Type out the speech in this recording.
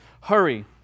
Hurry